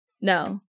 no